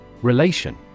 Relation